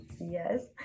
Yes